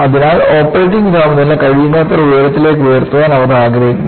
അതിനാൽ ഓപ്പറേറ്റിംഗ് താപനില കഴിയുന്നത്ര ഉയരത്തിലേക്ക് ഉയർത്താൻ അവർ ആഗ്രഹിക്കുന്നു